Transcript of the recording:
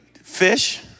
fish